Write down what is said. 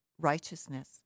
righteousness